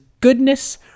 goodness